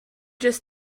just